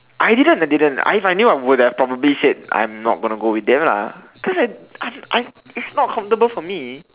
I didn't I didn't I if I knew I would have probably said I'm not going to go with them lah cause I I I it's not comfortable for me